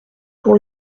pour